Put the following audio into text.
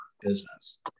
business